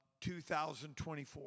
2024